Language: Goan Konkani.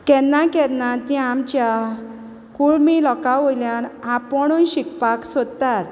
केन्ना केन्ना तीं आमच्या कुळमी लोकां वोयल्यान आपोणूय शिकपाक सोदतात